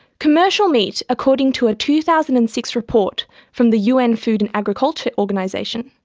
commercial meat, according to a two thousand and six report from the un food and agriculture organisation,